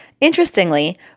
Interestingly